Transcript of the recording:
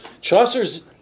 Chaucer's